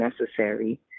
necessary